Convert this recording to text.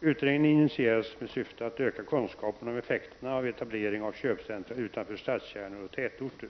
Utredningen initierades med syfte att öka kunskaperna om effekterna av etablering av köpcentra utanför stadskärnor och tätorter.